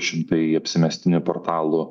šimtai apsimestinių portalų